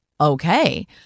okay